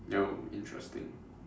oh interesting